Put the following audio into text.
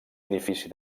edifici